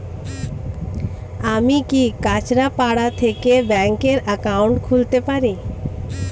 আমি কি কাছরাপাড়া থেকে ব্যাংকের একাউন্ট খুলতে পারি?